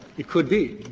it could be.